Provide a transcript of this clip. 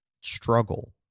struggle